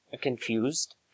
confused